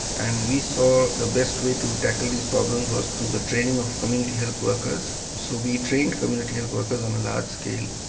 and we saw the best way to tackle these problems was through the training of community health workers so we trained community health workers on a large scale.